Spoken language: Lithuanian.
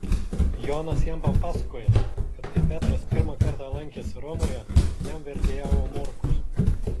jonas jam papasakojęs kad kai petras pirmą kartą lankėsi romoje jam vertėjavo morkus